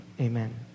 amen